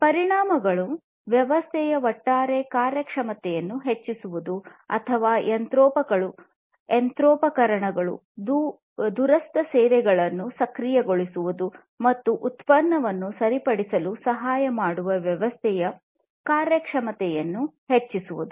ಪರಿಣಾಮವು ವ್ಯವಸ್ಥೆಯ ಒಟ್ಟಾರೆ ಕಾರ್ಯಕ್ಷಮತೆಯನ್ನು ಹೆಚ್ಚಿಸುವುದು ಅಥವಾ ಯಂತ್ರೋಪಕರಣಗಳು ದೂರಸ್ಥ ಸೇವೆಗಳನ್ನು ಸಕ್ರಿಯಗೊಳಿಸುವುದು ಮತ್ತು ಉತ್ಪನ್ನವನ್ನು ಸರಿಪಡಿಸಲು ಸಹಾಯ ಮಾಡುವ ವ್ಯವಸ್ಥೆಯ ಕಾರ್ಯಕ್ಷಮತೆಯನ್ನು ಹೆಚ್ಚಿಸುವುದು